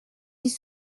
dix